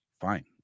fine